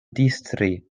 distri